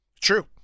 True